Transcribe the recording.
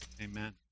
amen